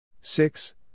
Six